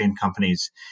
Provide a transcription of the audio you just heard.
companies